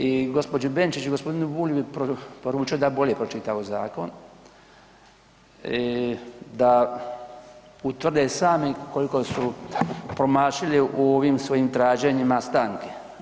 I gospođi Benčić i gospodinu Bulju bi poručio da bolje pročitaju zakon, da utvrde sami koliko su promašili u ovim svojim traženjima stanke.